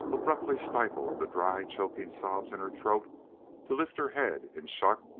abruptly stifled the dry choking sobs in her throat to lift her head in sharp,